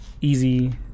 easy